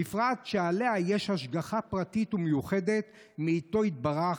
בפרט שעליה יש השגחה פרטית ומיוחדת מאיתו יתברך,